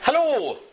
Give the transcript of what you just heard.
Hello